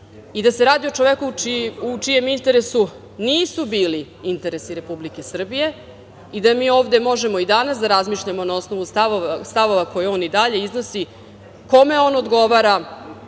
i da se radi o čoveku u čijem interesu nisu bili interesi Republike Srbije i da mi ovde možemo i danas da razmišljamo, na osnovu stavova koje on i dalje iznosi, kome on odgovara